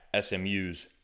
SMU's